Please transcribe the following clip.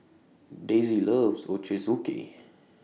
Daisey loves Ochazuke